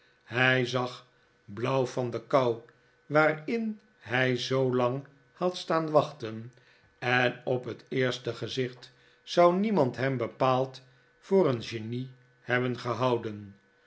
hij zag blauw van de kou waarin hij zoolang had staan wachten en op het eerste gezicht zou niemand hem bepaald voor een genie hebben gehouden